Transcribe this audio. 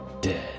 Dead